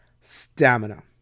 stamina